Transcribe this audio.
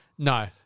No